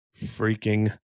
Freaking